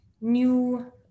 new